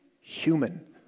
human